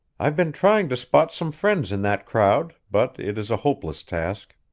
i've been trying to spot some friends in that crowd, but it is a hopeless task.